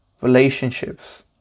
relationships